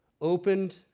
opened